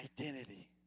identity